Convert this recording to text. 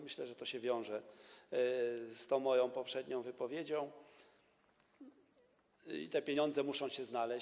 Myślę, że to się wiąże z moją poprzednią wypowiedzią i te pieniądze muszą się znaleźć.